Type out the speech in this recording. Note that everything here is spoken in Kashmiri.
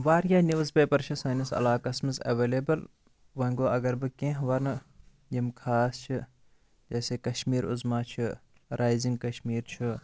واریاہ نِوٕز پیپَر چھِ سٲنِس عَلاقَس مَنٛز ایویلیبٕل وۄنۍ گوٚو اگر بہٕ کینٛہہ وَنہٕ یِم خاص چھِ جیسے کَشمیٖر عُظما چھُ رایزِنٛگ کَشمیٖر چھُ